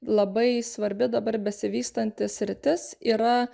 labai svarbi dabar besivystanti sritis yra